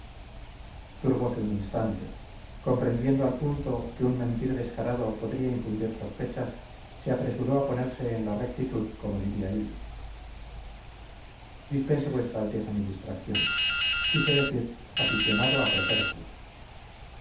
aficionado turbose un instante comprendiendo al punto que un mentir descarado podría infundir sospechas se apresuró a ponerse en la rectitud como diría hillo dispense vuestra alteza mi distracción quise decir aficionado a propercio